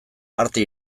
arte